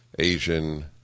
asian